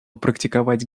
практиковать